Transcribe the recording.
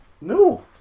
No